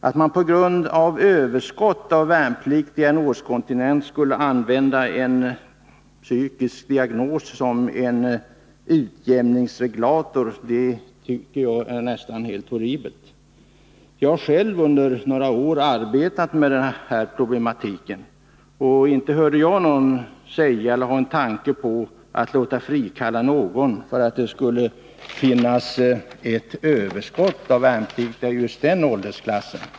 Att man på grund av överskott av värnpliktiga i en årskontingent skulle använda psykiska diagnoser som en utjämningsregulator tycker jag är horribelt. Jag har själv under några år arbetat med den här problematiken, men inte hörde jag att någon hade en tanke på att låta frikalla en värnpliktig därför att det fanns ett överskott av värnpliktiga i just den åldersklassen.